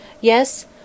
Yes